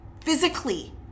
physically